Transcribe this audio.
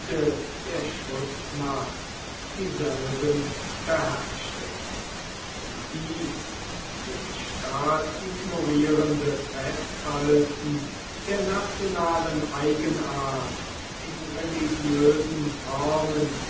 der schutzmacht dieselben beherrschte dies den staat ignorierende festhalten der nationalen eigenart in religiösen formen